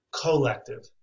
collective